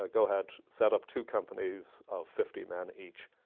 ah go ahead. set up two companies of fifty men each,